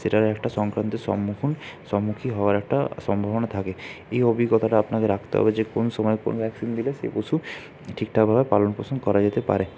সেটার একটা সংক্রান্ত সম্মুখন সম্মুখীন হওয়ার একটা সম্ভাবনা থাকে এই অভিজ্ঞতাটা আপনাকে রাখতে হবে যে কোন সময়ে কোন ভ্যাক্সিন দিলে সেই পশু ঠিকঠাকভাবে পালনপোষণ করা যেতে পারে